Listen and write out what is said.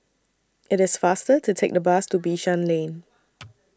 IT IS faster to Take The Bus to Bishan Lane